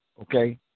okay